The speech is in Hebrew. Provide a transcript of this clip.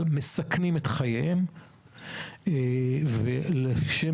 התוצאה, ומבחן